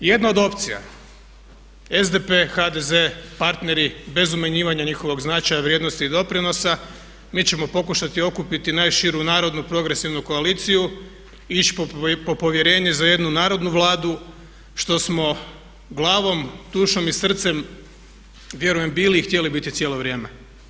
Jedna od opcija, SDP, HDZ, parteri bez umanjivanja njihovog značaja, vrijednosti i doprinosa mi ćemo pokušati okupiti najširu narodnu progresivnu koaliciju i ići po povjerenje za jednu narodnu Vladu što smo glavom, dušom i srcem vjerujem bili i htjeli biti cijelo vrijeme.